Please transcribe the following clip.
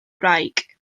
wraig